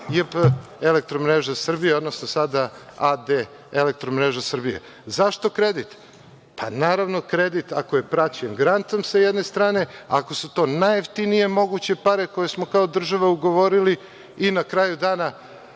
JP „Elektromreža Srbije“, odnosno sada A.D. „Elektromreža Srbije“.Zašto kredit? Pa, naravno kredit ako je praćen grantom sa jedne strane, ako su to najjeftinije moguće pare koje smo kao država ugovorili i na kraju dana,